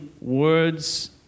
words